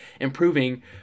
improving